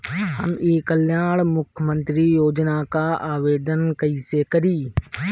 हम ई कल्याण मुख्य्मंत्री योजना ला आवेदन कईसे करी?